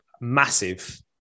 massive